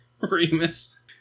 Remus